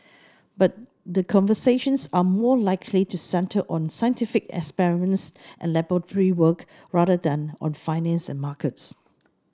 but the conversations are more likely to centre on scientific experiments and laboratory work rather than on finance and markets